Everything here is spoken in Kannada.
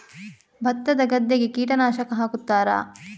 ಭತ್ತದ ಗದ್ದೆಗೆ ಕೀಟನಾಶಕ ಹಾಕುತ್ತಾರಾ?